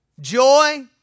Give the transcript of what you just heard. Joy